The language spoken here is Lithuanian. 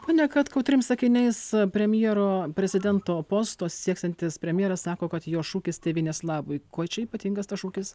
pone katkau trim sakiniais premjero prezidento posto sieksiantis premjeras sako kad jo šūkis tėvynės labui kuo čia ypatingas tas šūkis